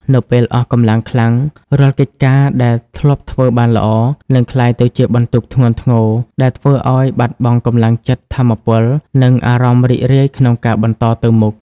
នៅពេលអស់កម្លាំងខ្លាំង រាល់កិច្ចការដែលធ្លាប់ធ្វើបានល្អ នឹងក្លាយទៅជាបន្ទុកធ្ងន់ធ្ងរ ដែលធ្វើឲ្យបាត់បង់កម្លាំងចិត្ត ថាមពល និងអារម្មណ៍រីករាយក្នុងការបន្តទៅមុខ។